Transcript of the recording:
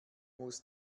muss